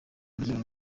urugero